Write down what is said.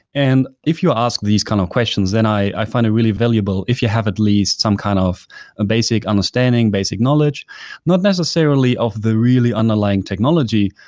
and if you ask these kind of questions, then i find it really valuable if you have at least some kind of a basic understanding, basic knowledge not necessarily of the really underlying technology,